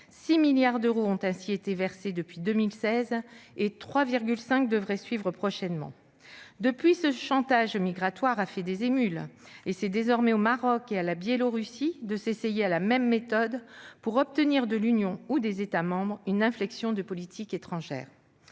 6 milliards d'euros ont ainsi été versés depuis 2016 et 3,5 milliards d'euros devraient suivre prochainement. Depuis, ce chantage migratoire a fait des émules : c'est désormais au Maroc et à la Biélorussie de s'essayer à la même méthode pour obtenir de l'Union ou des États membres une inflexion de leur politique étrangère.